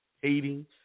hating